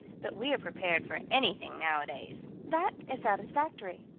but we are prepared for anything nowadays. that is satisfactory.